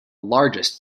largest